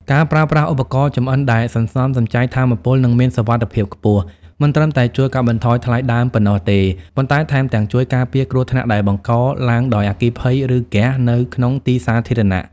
ការប្រើប្រាស់ឧបករណ៍ចម្អិនដែលសន្សំសំចៃថាមពល និងមានសុវត្ថិភាពខ្ពស់ មិនត្រឹមតែជួយកាត់បន្ថយថ្លៃដើមប៉ុណ្ណោះទេ ប៉ុន្តែថែមទាំងជួយការពារគ្រោះថ្នាក់ដែលបង្កឡើងដោយអគ្គិភ័យ ឬហ្គាសនៅក្នុងទីសាធារណៈ។